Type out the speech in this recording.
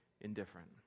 indifferent